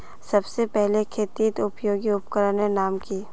सबसे पहले खेतीत उपयोगी उपकरनेर नाम की?